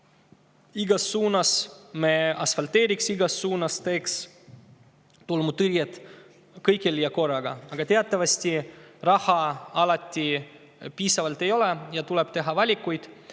igas suunas, me asfalteeriks igas suunas, teeks tolmutõrjet kõikjal ja korraga, aga teatavasti raha alati piisavalt ei ole ja tuleb teha valikuid.